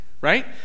right